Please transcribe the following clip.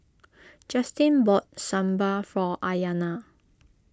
Justin bought Sambar for Aiyana